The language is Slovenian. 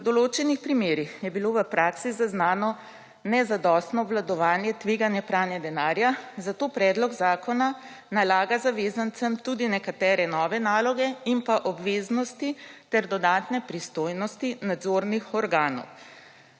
V določenih primerih je bilo v praksi zaznano nezadostno obvladovanje tveganja pranja denarja, zato predlog zakona nalaga zavezancem tudi nekatere nove naloge in obveznosti ter dodatne pristojnosti nadzornih organov.